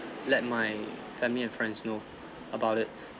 let my family and friends know about it